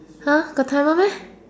!huh! got timer meh